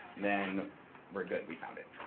then we're good, we found it.